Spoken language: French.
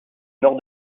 nord